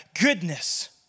goodness